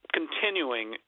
continuing